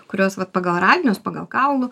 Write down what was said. kuriuos va pagal radinius pagal kaulų